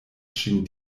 ŝin